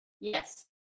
Yes